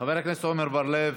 חבר הכנסת עמר בר-לב,